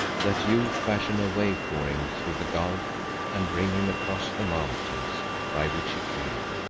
that you fashion a way for him through the gulf and bring him across the mountains by which he came,